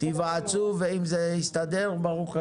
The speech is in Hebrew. תיוועצו ואם זה יסתדר, ברוך השם.